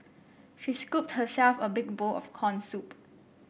she scooped herself a big bowl of corn soup